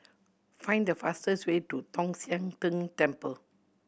find the fastest way to Tong Sian Tng Temple